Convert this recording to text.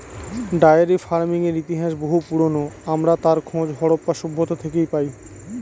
diary ফার্মিংয়ের ইতিহাস বহু পুরোনো, আমরা তার খোঁজ হরপ্পা সভ্যতা থেকে পাই